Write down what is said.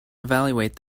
evaluate